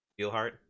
Steelheart